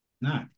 No